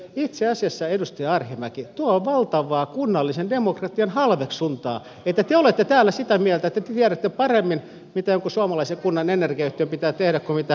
itse asiassa edustaja arhinmäki tuo on valtavaa kunnallisen demokratian halveksuntaa että te olette täällä sitä mieltä että te tiedätte paremmin mitä jonkun suomalaisen kunnan energiayhtiön pitää tehdä kuin mitä he itse haluavat tehdä